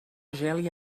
geli